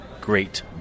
great